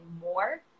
more